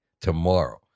tomorrow